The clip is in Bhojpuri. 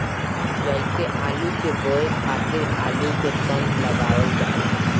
जइसे आलू के बोए खातिर आलू के कंद लगावल जाला